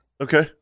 Okay